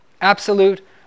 absolute